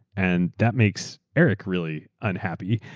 and that makes eric really unhappy.